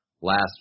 last